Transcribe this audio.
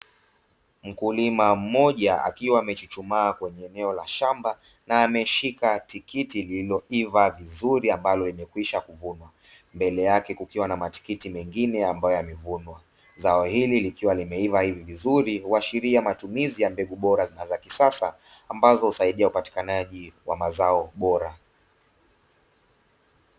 Mkulima mmoja akiwa amechuchumaa kwenye eneo la shamba na ameshika tikiti lililoiva vizuri ambalo limekwisha kuvunwa, mbele yake kukiwa na matikiti mengine ambayo yamevunwa. Zao hili likiwa limeiva hivi vizuri uhashiria matumizi ya mbegu bora na za kisasa ambazo husaidia upatikanaji wa mazao bora.